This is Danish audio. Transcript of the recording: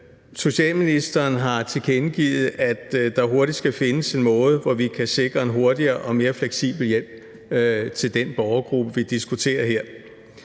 socialministeren har tilkendegivet, at der hurtigt skal findes en måde, hvorpå vi kan sikre en hurtigere og mere fleksibel hjælp til den borgergruppe, vi diskuterer her.